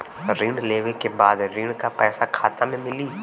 ऋण लेवे के बाद ऋण का पैसा खाता में मिली?